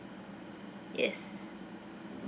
yes